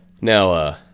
now